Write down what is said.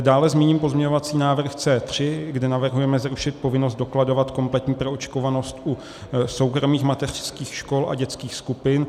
Dále zmíním pozměňovací návrh C3, kde navrhujeme zrušit povinnost dokladovat kompletní proočkovanost u soukromých mateřských škol a dětských skupin.